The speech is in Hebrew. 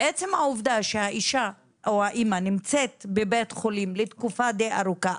עצם העובדה שהאישה או האימא נמצאת בבית החולים לתקופה מאוד ארוכה,